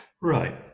Right